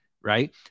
right